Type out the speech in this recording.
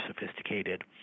sophisticated